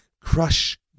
Crush